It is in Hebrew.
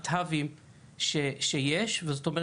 הוא נקרא TAVI ובאופן מפתיע,